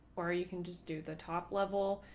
or you can just do the top level.